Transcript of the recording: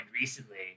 recently